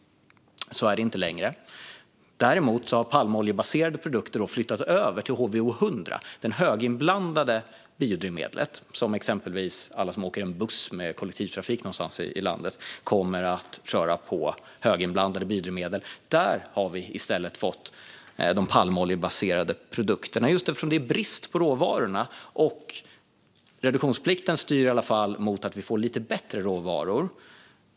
Så är det inte längre. Däremot har palmoljebaserade produkter flyttat över till HVO 100, det höginblandade biodrivmedlet. Alla som åker med en buss i kollektivtrafik någonstans i landet kommer exempelvis att göra det i en buss som kör på höginblandade drivmedel. Där har vi i stället fått de palmoljebaserade produkterna, eftersom det är brist på råvarorna. Reduktionsplikten styr i varje fall mot att vi får lite bättre råvaror.